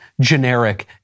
generic